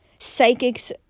psychics